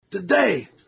Today